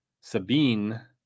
Sabine